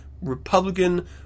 Republican